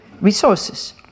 resources